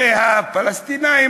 והפלסטינים,